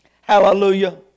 Hallelujah